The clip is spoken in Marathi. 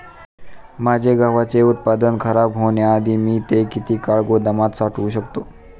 माझे गव्हाचे उत्पादन खराब होण्याआधी मी ते किती काळ गोदामात साठवू शकतो?